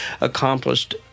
accomplished